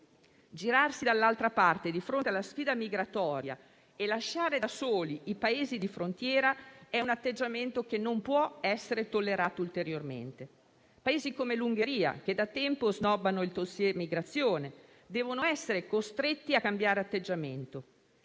Girarsi dall'altra parte di fronte alla sfida migratoria e lasciare da soli i Paesi di frontiera è un atteggiamento che non può essere tollerato ulteriormente. Paesi come l'Ungheria, che da tempo snobbano il *dossier* migrazione, devono essere costretti a cambiare atteggiamento.